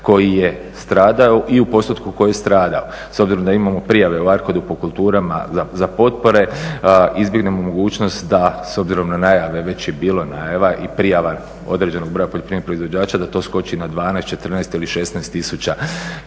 koji je stradao i u postotku koji je stradao. S obzirom da imamo prijave u …/Govornik se ne razumije./… po kulturama za potpore izbjegnemo mogućnost da s obzirom na najave, već je bilo najava i prijava određenog broja poljoprivrednog proizvođača da to skoči na 12, 14 ili 16 tisuća